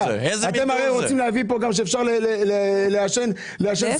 אתם רוצים להביא כאן למצב בו אפשר לעשן סמים.